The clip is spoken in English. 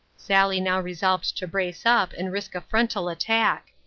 sally now resolved to brace up and risk a frontal attack.